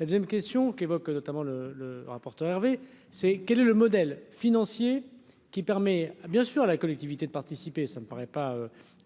la 2ème question qu'évoque notamment le le rapporteur Hervé c'est quel est le modèle financier qui permet à bien sûr à la collectivité, de participer, ça me paraît pas